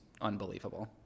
unbelievable